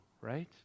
Right